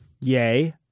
Yay